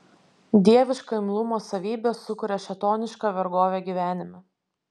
dieviška imlumo savybė sukuria šėtonišką vergovę gyvenime